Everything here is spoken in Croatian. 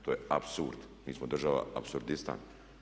To je apsurd, mi smo država apsurdista.